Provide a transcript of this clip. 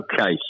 Okay